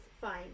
fine